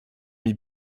m’y